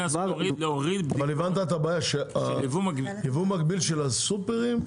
הבנת את הבעיה, שייבוא מקביל של הסופרים,